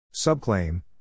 Subclaim